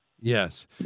Yes